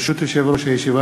ברשות יושב-ראש הישיבה,